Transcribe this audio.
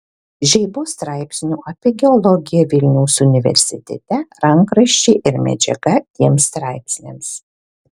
žeibos straipsnių apie geologiją vilniaus universitete rankraščiai ir medžiaga tiems straipsniams